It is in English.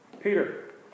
Peter